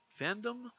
fandom